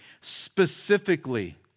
specifically